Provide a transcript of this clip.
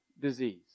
disease